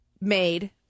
made